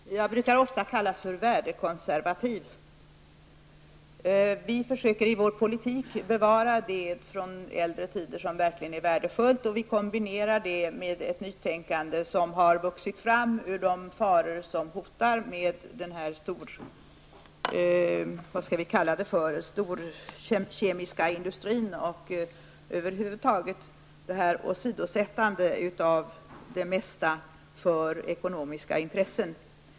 Herr talman! Jag brukar ofta kallas för värdekonservativ. Vi försöker i vår politik att bevara det från äldre tider som verkligen är värdefullt. Vi kombinerar det med ett nytänkande som har vuxit fram ur de faror som hotar på grund av den storkemiska industrin och åsidosättandet över huvud taget av det mesta för ekonomiska intressen.